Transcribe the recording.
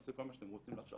עושה כל מה שאתם רוצים לחשוב,